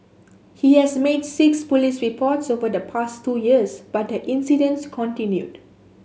he has made six police reports over the past two years but the incidents continued